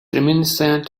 reminiscent